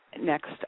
next